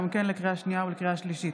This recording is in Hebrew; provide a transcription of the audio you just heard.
גם כן לקריאה שנייה ולקריאה שלישית.